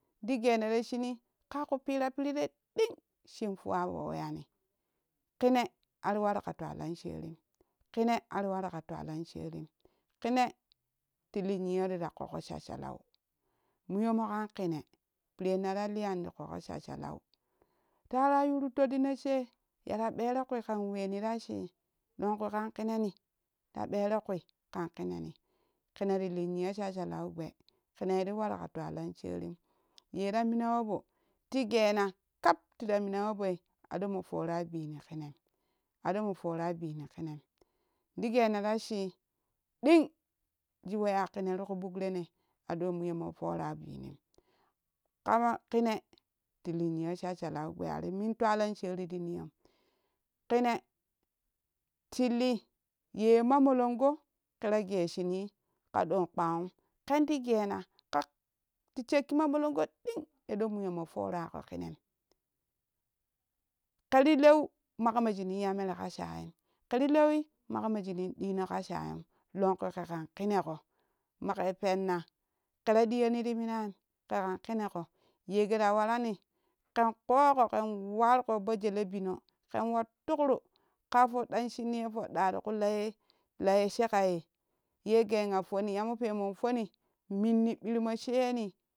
Ti gena ra shumir ƙa ku pira piiri re dung shun fuwa pi we yani kine ara waru ka twalan sherem kine ariwaru ka twalan sherem ti lii niyo tira koko shab halau muyummo kan kine pire na ra liyani ti koko shassha lau tara yuru tudɗino shee yara ɓerukuui kan weni ra shii lonku kan kineni. ti ɓero kai kan kineni kine ti lii nilo shassha lau gbee kinei ti waru ka twalan sherim ye ra mina wobo ti gena kap tira mina wobo aɗo moo poora biini kenem aɗomo poara bini kinem ti gena rashii ɗing shii weya kina ti ku ɓuk sherentina ɗon muyommu tora binim kama kine ti lii niyo shashalau gbee ari min twalan sheri ti niyom kine tilii ye mamolongo kera ge shuni ka don kpan'um kenti gena ka ti shekki mumolongo ding ado muyomo torako kenam kere lew makama shunin ti ya mere ka shayim kevi lewi man kana shunin ɗino ka shayun lonkwu kekan kineko make peuna kira diyoni ti minam ke kan kineƙo yegera warani ken koko ken warko to gele bino ken wa tukro ƙa fodɗan shunni ya fodda ti ku layelaye shekaye ye geugha fonni ya ma pemon foni minni birmo sheni